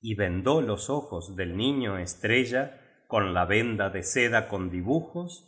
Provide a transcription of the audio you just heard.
y vendó los ojos del niño estrella con la venda de seda con dibujos